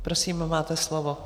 Prosím, máte slovo.